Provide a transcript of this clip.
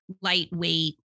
lightweight